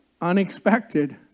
Unexpected